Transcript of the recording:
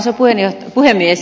arvoisa puhemies